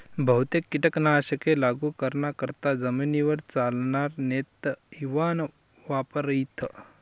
बहुतेक कीटक नाशके लागू कराना करता जमीनवर चालनार नेते इवान वापरथस